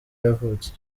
yavutse